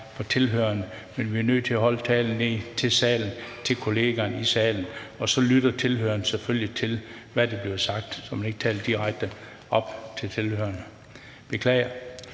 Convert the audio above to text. fra tilhørerne, men vi er nødt til at holde talen til kollegerne i salen, og så lytter tilhørerne selvfølgelig til, hvad der bliver sagt, så man ikke taler direkte op til tilhørerne. Beklager.